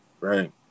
right